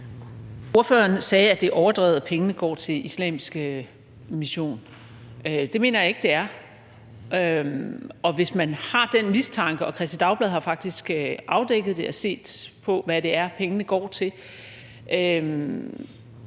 Ordføreren sagde, at det er overdrevet, at pengene går til islamisk mission. Det mener jeg ikke det er, og hvis man har den mistanke – og Kristeligt Dagblad har faktisk afdækket det og set på, hvad det er, pengene går til – så mener